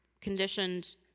conditioned